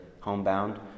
homebound